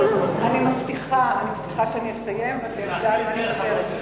אני מבטיחה שכשאני אסיים אתה תדע על מה אני מדברת.